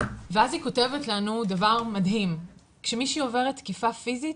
ואז היא כותבת לנו דבר מדהים: "כשמישהי עוברת תקיפה פיזית,